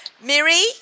Miri